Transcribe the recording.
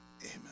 amen